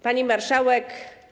Pani Marszałek!